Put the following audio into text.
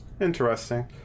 Interesting